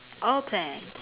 open